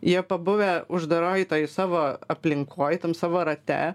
jie pabuvę uždaroj toj savo aplinkoj tam savo rate